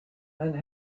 and